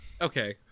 okay